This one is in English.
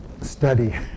study